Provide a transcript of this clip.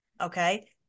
Okay